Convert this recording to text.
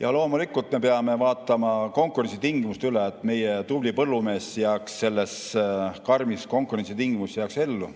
veel. Loomulikult me peame vaatama konkurentsitingimused üle, et meie tubli põllumees jääks nendes karmides konkurentsitingimustes ellu.